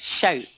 shout